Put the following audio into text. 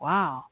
Wow